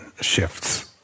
shifts